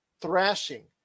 thrashing